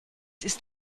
ist